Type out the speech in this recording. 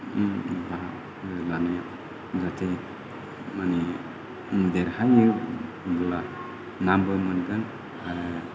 नि बाहागो लानायाव गोदो माने देरहायोबोला नामबो मोनगोन आरो